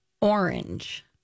orange